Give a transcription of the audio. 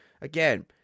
again